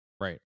Right